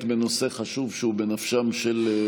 מצאת חברים חדשים, אה,